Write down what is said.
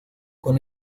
con